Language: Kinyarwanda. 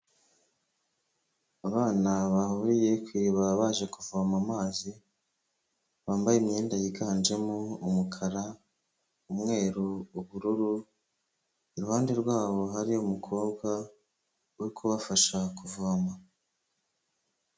Abana bahuriye ku iriba baje kuvoma amazi bambaye imyenda yiganjemo umukara, umweru, ubururu, iruhande rwabo hari umukobwa uri kubafasha kuvoma.